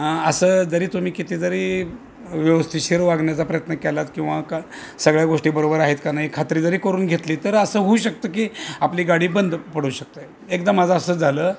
असं जरी तुम्ही किती जरी व्यवस्थितशीर वागण्याचा प्रयत्न केलात किंवा का सगळ्या गोष्टीबरोबर आहेत का नाही खात्री जरी करून घेतली तर असं होऊ शकतं की आपली गाडी बंद पडू शकते एकदा माझं असंच झालं